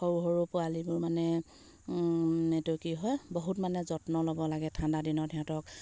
সৰু সৰু পোৱালিবোৰ মানে এইটো কি হয় বহুত মানে যত্ন ল'ব লাগে ঠাণ্ডাদিনত সিহঁতক